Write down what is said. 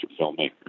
filmmaker